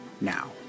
now